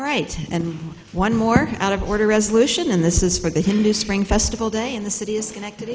right and one more out of order resolution and this is for to him this spring festival day in the city is connected